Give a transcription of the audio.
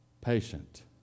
patient